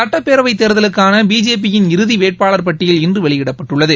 சட்டப்பேரவைத் தேர்தலுக்கான பிஜேபியின் இறுதி வேட்பாளர் பட்டியல் இன்று வெளியிடப்பட்டுள்ளது